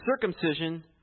circumcision